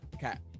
Cat